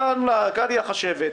קראתי לחשבת,